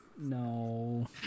No